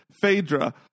Phaedra